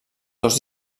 dos